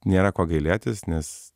nėra ko gailėtis nes